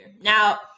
now